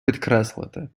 підкреслити